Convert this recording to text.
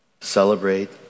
celebrate